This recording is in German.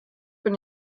bin